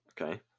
Okay